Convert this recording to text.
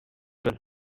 well